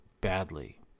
badly